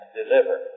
deliver